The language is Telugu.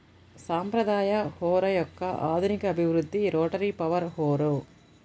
సాంప్రదాయ హారో యొక్క ఆధునిక అభివృద్ధి రోటరీ పవర్ హారో